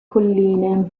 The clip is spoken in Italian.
colline